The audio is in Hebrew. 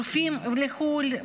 רופאים לחו"ל,